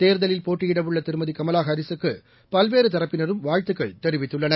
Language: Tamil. தேர்தலில் போட்டியிடவுள்ளதிருமதிகமலாஹாரிஸ் க்குபல்வேறுதரப்பினரும் வாழ்த்துக்கள் தெரிவித்துள்ளனர்